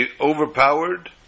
overpowered